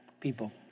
people